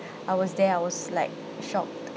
I was there I was like shocked